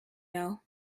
know